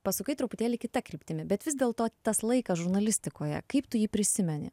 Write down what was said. pasukai truputėlį kita kryptimi bet vis dėl to tas laikas žurnalistikoje kaip tu jį prisimeni